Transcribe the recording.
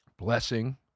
blessing